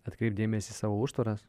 atkreipt dėmesį į savo užtvaras